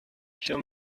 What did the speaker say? hier